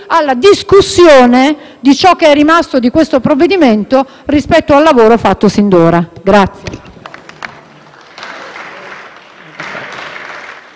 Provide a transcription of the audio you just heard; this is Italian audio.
alla discussione di ciò che è rimasto di questo provvedimento rispetto al lavoro fatto finora.